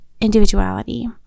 individuality